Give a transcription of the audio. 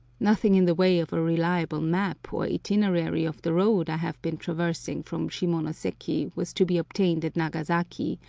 nothing in the way of a reliable map or itinerary of the road i have been traversing from shimonoseki was to be obtained at nagasaki,